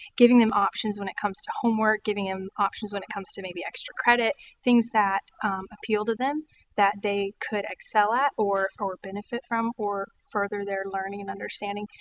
giving them options when it comes to homework. giving them options when it comes to maybe extra credit. things that appeal to them that they could excel at or or benefit from or further their learning and understanding.